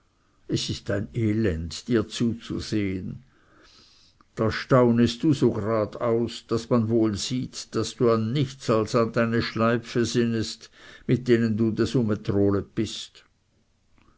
es ist ein elend dir zuzusehen da staunest du so gradeaus daß man wohl sieht daß du an nichts als an deine schleipfe sinnest mit denen du desumetrolet bist